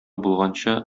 булганчы